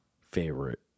favorite